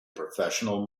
professional